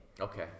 Okay